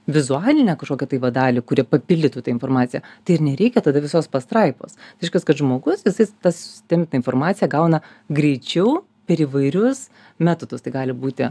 vizualinę kažkokią tai va dalį kuri papildytų tą informaciją tai ir nereikia tada visos pastraipos reiškias kad žmogus jisai tą susistemintą informaciją gauna greičiau per įvairius metodus tai gali būti